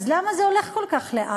אז למה זה הולך כל כך לאט?